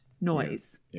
noise